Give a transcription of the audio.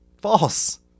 False